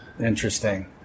interesting